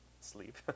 sleep